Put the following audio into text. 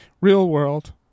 Real-world